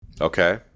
Okay